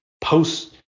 post